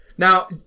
Now